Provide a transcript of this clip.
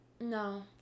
No